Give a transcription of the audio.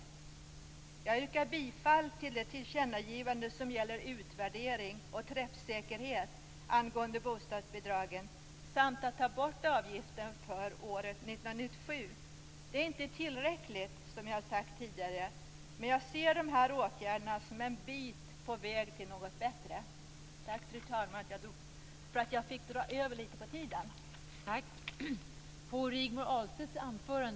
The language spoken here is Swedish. Jag yrkar bifall till det tillkännagivande som gäller utvärdering och träffsäkerhet angående bostadsbidragen samt att ta bort avgiften för år 1997. Det är inte tillräckligt, som jag tidigare sagt, men jag ser dessa åtgärder som en bit på väg till något bättre.